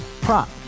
Prop